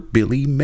Billy